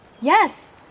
Yes